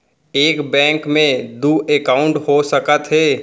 एक बैंक में दू एकाउंट हो सकत हे?